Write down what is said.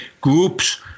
groups